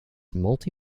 multi